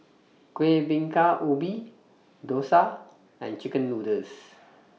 Kueh Bingka Ubi Dosa and Chicken Noodles